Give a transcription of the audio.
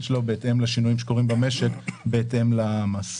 שלו בהתאם לשינויים שקורים במשק בהתאם למס.